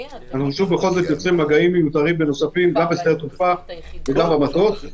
כי אנחנו יוצרים מגעים מיותרים ונוספים גם בשדה התעופה וגם במטוס.